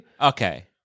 Okay